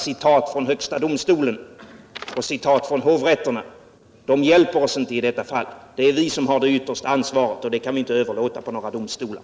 Citat från högsta domstolen och från hovrätterna hjälper oss inte i detta fall. Det är vi som har det yttersta ansvaret, och det kan vi inte överlåta på några domstolar.